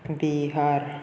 Bihar